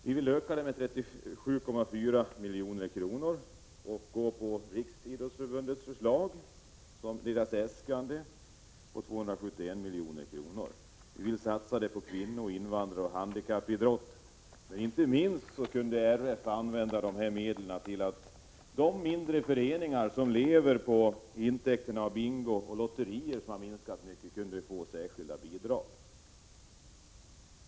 Vi vill öka det med 37,4 milj.kr., och vi ansluter oss därmed till Riksidrottsförbundets äskande på 271 milj.kr. Vi vill satsa pengar på idrott för kvinnor, invandrare och handikappade. Inte minst kunde Riksidrottsförbundet ge medel till de mindre föreningar som lever på intäkterna av bingo och lotterier. Eftersom dessa intäkter har minskat kunde de få särskilda bidrag.